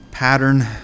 pattern